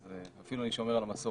אז אפילו אני שומר על מסורת.